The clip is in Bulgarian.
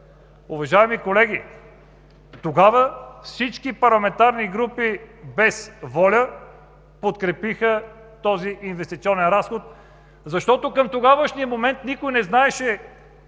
Уважаеми колеги, тогава всички парламентарни групи, без „Воля“, подкрепиха този инвестиционен разход, защото към тогавашния момент никой не знаеше